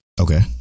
Okay